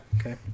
Okay